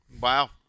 Wow